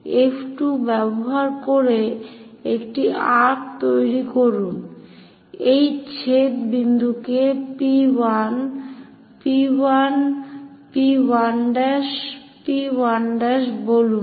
F2 ব্যবহার করে একটি আর্ক্ তৈরি করুন সেই ছেদ বিন্দুকে P 1 P 1 P 1' P 1' বলুন